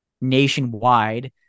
nationwide